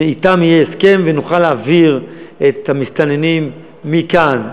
שאתן יהיה הסכם ונוכל להעביר את המסתננים מכאן,